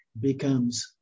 becomes